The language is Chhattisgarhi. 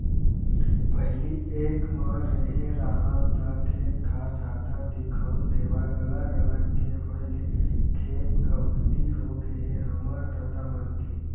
पहिली एक म रेहे राहन ता खेत खार जादा दिखउल देवय अलग अलग के होय ले खेत कमती होगे हे हमर ददा मन के